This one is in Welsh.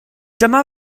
dyma